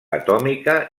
atòmica